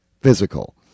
physical